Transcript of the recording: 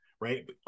right